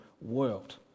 world